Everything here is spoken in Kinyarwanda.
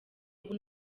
ubu